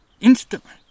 instantly